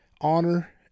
honor